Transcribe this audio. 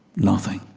nothing.